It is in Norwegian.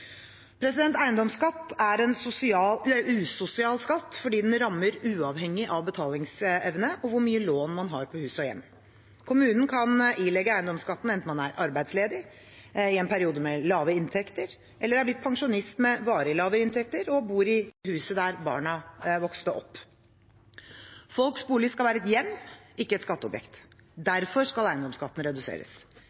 er en usosial skatt fordi den rammer uavhengig av betalingsevne og hvor mye lån man har på hus og hjem. Kommunen kan ilegge eiendomsskatt enten man er arbeidsledig, er i en periode med lav inntekt, eller er blitt pensjonist med varig lavere inntekt og bor i huset der barna vokste opp. Folks bolig skal være et hjem, ikke et skatteobjekt.